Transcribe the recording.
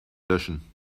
löschen